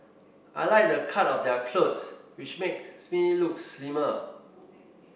I like the cut of their clothes which makes me look slimmer